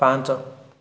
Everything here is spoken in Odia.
ପାଞ୍ଚ